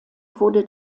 wurde